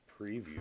preview